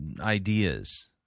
ideas